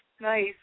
nice